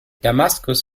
damaskus